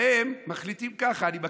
בהם מחליטים ככה, ואני מקריא: